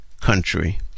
country